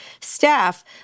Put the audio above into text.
staff